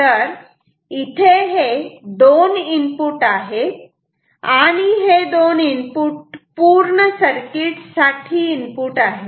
तेव्हा इथे हे दोन इनपुट आहेत आणि हे दोन इनपुट पूर्ण सर्किट साठी इनपुट आहेत